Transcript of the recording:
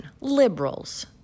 liberals